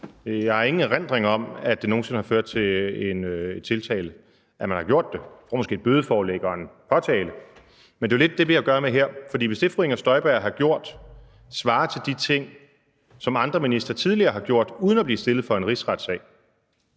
Jeg har ingen erindring om, at det nogen sinde har ført til en tiltale, at man har gjort det. Man får måske et bødeforelæg og en påtale. Men det er jo lidt det, vi har at gøre med her. For hvis det, fru Inger Støjberg har gjort, svarer til de ting, som andre ministre tidligere har gjort uden at blive stillet for en rigsret,